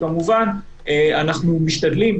כמובן שאנחנו משתדלים,